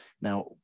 Now